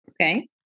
Okay